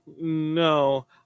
no